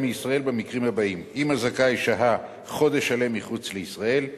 מישראל במקרים הבאים: אם הזכאי שהה חודש שלם מחוץ לישראל,